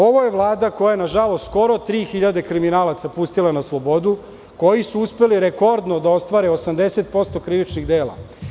Ovo je vlada koja je nažalost skoro 3.000 kriminalaca pustila na slobodu, koji su uspeli rekordno da ostvare 80% krivičnih dela.